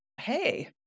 Hey